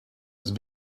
ist